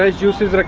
ah juices like